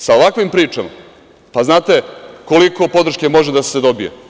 Sa ovakvim pričama, pa znate koliko podrške može da se dobije?